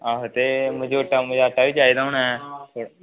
आहो ते मजोटा मजाटा बी चाही दा होना ऐ